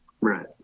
Right